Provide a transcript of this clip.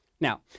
Now